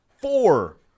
Four